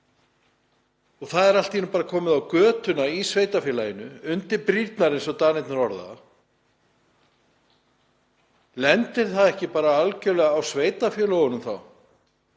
og það er allt í einu komið á götuna í sveitarfélaginu, undir brýrnar eins og Danir orða það? Lendir það þá ekki bara algerlega á sveitarfélögunum